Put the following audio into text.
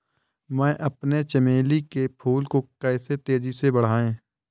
मैं अपने चमेली के फूल को तेजी से कैसे बढाऊं?